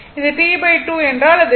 இது T2 என்றால் அது T